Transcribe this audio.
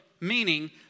meaning